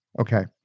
Okay